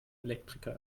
elektriker